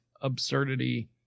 absurdity